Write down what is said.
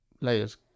layers